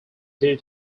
due